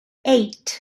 eight